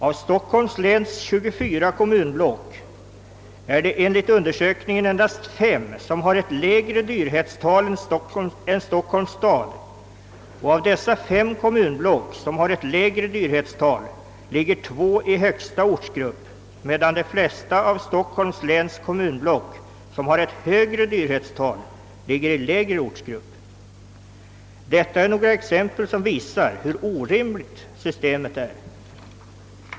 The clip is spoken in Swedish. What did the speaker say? Av Stockholms läns 24 kommunblock är det enligt undersökningen endast fem som har ett lägre dyrhetstal än Stockholms stad. Av dessa fem kommunblock som har ett lägre dyrhetstal ligger två i högsta ortsgrupp, medan de flesta av Stockholms läns kommunblock som har ett högre dyrhetstal ligger i lägre ortsgrupp. Detta är några exempel som visar hur orimligt systemet är.